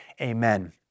amen